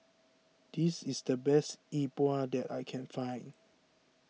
this is the best Yi Bua that I can find